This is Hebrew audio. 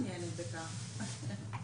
מבקש לשמעו עמדות של גורמים מהחברה האזרחית,